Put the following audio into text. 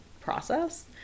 process